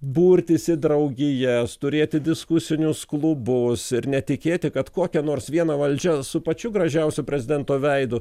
burtis į draugijas turėti diskusinius klubus ir netikėti kad kokia nors viena valdžia su pačiu gražiausiu prezidento veidu